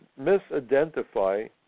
misidentify